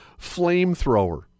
flamethrower